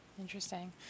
Interesting